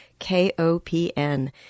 KOPN